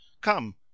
Come